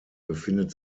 befindet